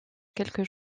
quelques